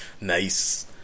Nice